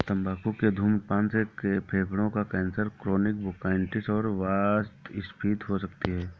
तंबाकू के धूम्रपान से फेफड़ों का कैंसर, क्रोनिक ब्रोंकाइटिस और वातस्फीति हो सकती है